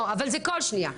אבל זה כל שניה.